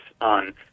on